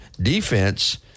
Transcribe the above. defense